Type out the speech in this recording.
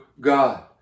God